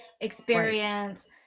experience